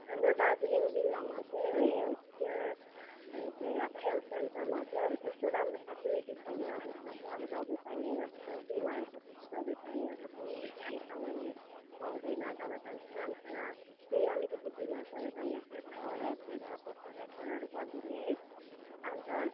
हाम्रो दार्जिलिङ जिल्लामा चाहिँ है हेल्थ केयर चाहिँ अब हेल्थ सेन्टरमा चाहिँ अब त्यस्तो राम्रो फेसिलिटी छैन त्यसमाथि अब दबाईपानी अब त्यो बिमारहरूको त्यस्तो दबाईपानीहरू चाहिँ राम्रोसँगले खुवाउँदैन दबाईपानी त्यसै राम्रोसँग केही अलिकति बिमार भयो भने चाहिँ सहरहरूतिर त्यस्तो रेफरहरू गरिदिने है अन्त